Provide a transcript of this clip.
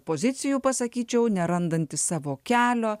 pozicijų pasakyčiau nerandanti savo kelio